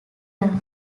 area